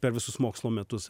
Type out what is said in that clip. per visus mokslo metus